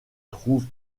trouve